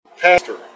pastor